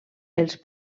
els